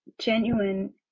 genuine